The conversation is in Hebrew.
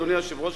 אדוני היושב-ראש,